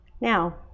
Now